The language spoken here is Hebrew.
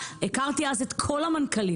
הכרתי אז את כל המנכ"לים.